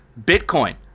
Bitcoin